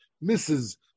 misses